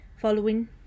following